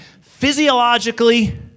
physiologically